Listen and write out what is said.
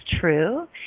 true